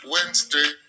Wednesday